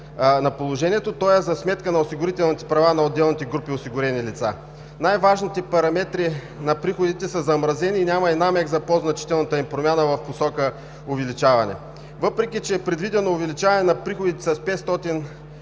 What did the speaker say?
на положението, то е за сметка на осигурителните права на отделните групи осигурени лица. Най-важните параметри на приходите са замразени и няма и намек за по-значителната им промяна в посока увеличаване. Въпреки че е предвидено увеличаване на приходите с 560